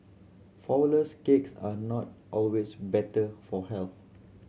flourless cakes are not always better for health